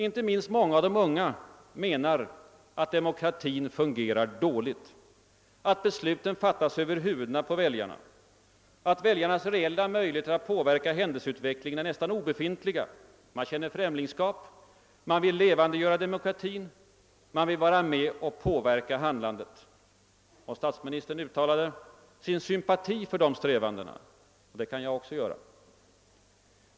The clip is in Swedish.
Inte minst många av de unga menar att demokratin fungerar dåligt, att besluten fattas över huvudena på väljarna, att väljarnas reella möjligheter att påverka händelseutvecklingen är nästan obefintliga. Man känner främlingskap. Man vill 1e vandegöra demokratin, man vill vara med och påverka handlandet. Statsminister Palme uttalade sin sympati för dessa strävanden, och det kan jag också göra.